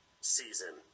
season